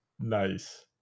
Nice